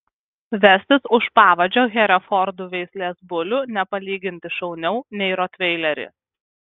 vestis už pavadžio herefordų veislės bulių nepalyginti šauniau nei rotveilerį